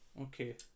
Okay